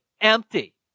empty